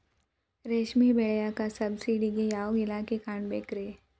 ರೇಷ್ಮಿ ಬೆಳಿಯಾಕ ಸಬ್ಸಿಡಿಗೆ ಯಾವ ಇಲಾಖೆನ ಕಾಣಬೇಕ್ರೇ?